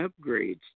upgrades